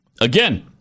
Again